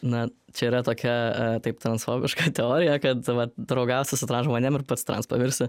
na čia yra tokia taip transfobiška teorija kad vat draugausi su su transžmonėm ir pats trans pavirsi